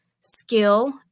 skill